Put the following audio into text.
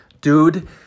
dude